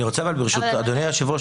אדוני היושב-ראש,